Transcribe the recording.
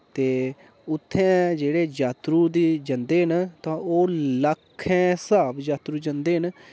ते उत्थै जेह्ड़े जातरू दी जंदे न ते ओ लक्खै स्हाब जातरू जंदे न